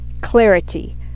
Clarity